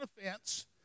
offense